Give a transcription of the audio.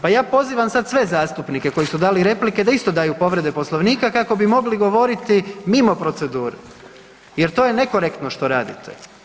Pa ja pozivam sad sve zastupnike koji su dali replike da isto daju povrede Poslovnika kako bi mogli govoriti mimo procedure jer to je nekorektno što radite.